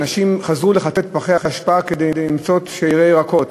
האנשים חזרו לחטט בפחי אשפה כדי למצוא שיירי ירקות,